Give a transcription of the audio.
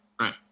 Right